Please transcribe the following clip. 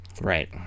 right